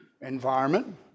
environment